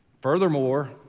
Furthermore